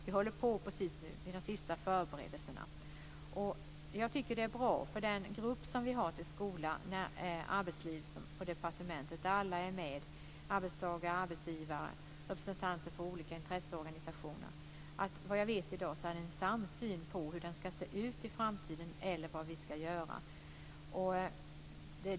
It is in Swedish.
Vi håller just på med de sista förberedelserna. I den grupp vi har för skola och arbetsliv på departementet, där alla är med, arbetstagare, arbetsgivare och representanter för olika intresseorganisationer är det, vad jag vet, en samsyn på hur det ska se ut i framtiden eller vad vi ska göra.